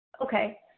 Okay